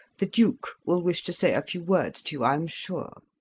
the duke will wish to say a few words to you, i am sure.